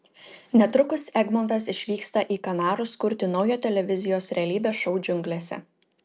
netrukus egmontas išvyksta į kanarus kurti naujo televizijos realybės šou džiunglėse